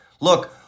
Look